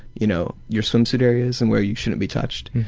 you know, your swimsuit areas and where you shouldn't be touched.